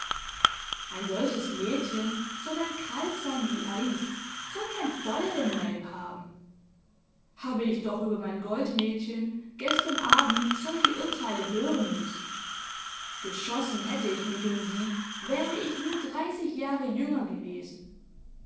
ein solches mädchen soll dann kalt sein wie eis soll kein feuer im leib haben habe ich doch über mein goldmädchen gestern abend solche urteile hören müssen geschossen hätte ich mich um sie wäre ich nur dreißig jahre jünger gewesen